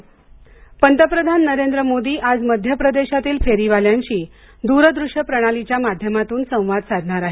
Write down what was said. रुवनिधी पंतप्रधान नरेंद्र मोदी आज मध्यप्रदेशातील फेरीवाल्यांशी दूरदृश्य प्रणालीच्या माध्यमातून संवाद साधणार आहेत